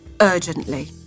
urgently